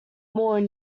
more